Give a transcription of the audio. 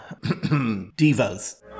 divas